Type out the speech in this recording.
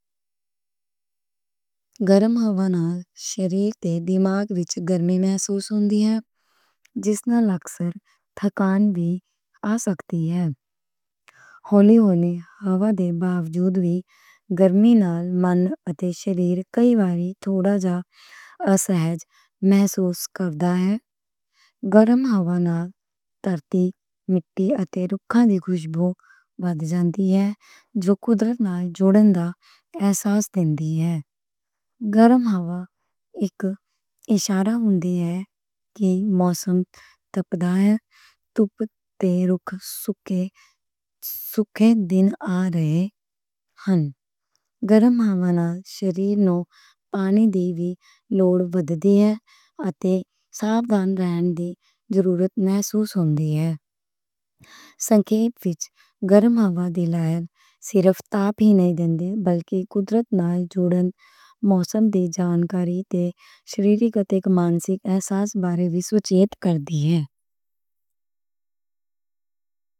گرم ہوا نال شریر پہ دماغ وچ گرمی محسوس ہوندی اے، جس نال اکثر تھکان وی آ سکدی اے۔ ہولی ہولی ہوا دے باوجود وی گرمی نال من اتے شریر کئی واری تھوڑا جا اسہج محسوس کردا اے۔ گرم ہوا نال ترتی مٹی تے رکھاں دی خوشبو بد جاندی اے، جو قدرت نال جوڑن دا احساس دیندی اے۔ اے گرم ہوا اک اشارہ اے کہ موسم تپدا اے، تپ تے رکھ سوکھے دن آ رہے نیں۔ گرم ہوا نال شریر نوں پانی دی وی لوڑ وددی اے اتے ساودھان رہن دی ضرورت محسوس ہوندی اے۔ سنکھیپ وچ گرم ہوا دی لائیں صرف تاپ ای نہیں دیندی بلکہ قدرت نال جوڑن، موسم دی جانکاری تے شریرک اک مانسک احساس بارے وی سوچت کر دی اے۔